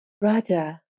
Raja